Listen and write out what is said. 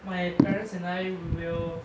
my parents and I will